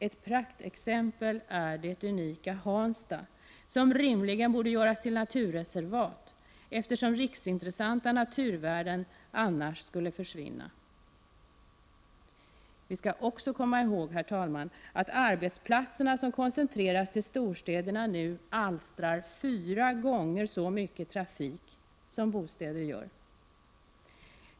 Ett praktexempel är det unika Hansta som rimligen borde göras till naturreservat, eftersom riksintressanta naturvärden annars skulle försvinna. Vi måste också komma ihåg, herr talman, att de arbetsplatser som koncentreras till storstäderna alstrar fyra gånger så mycket trafik som bostäderna gör.